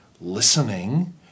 listening